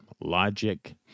logic